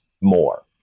more